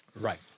Right